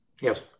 Yes